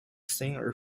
singer